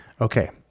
Okay